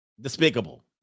Despicable